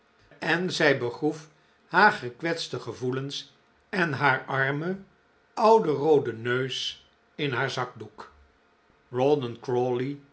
en zij begroef haar gekwetste gevoelens en haar armen ouden rooden neus in haar zakdoek rawdon